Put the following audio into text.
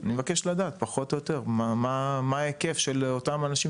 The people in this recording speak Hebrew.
אני מבקש לדעת פחות או יותר מה ההיקף של אותם אנשים